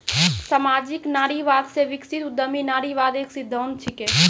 सामाजिक नारीवाद से विकसित उद्यमी नारीवाद एक सिद्धांत छिकै